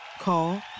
Call